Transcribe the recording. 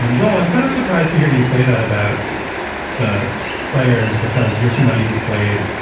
um joel, i'm kind of surprised to hear you say that about the players because you're somebody who played,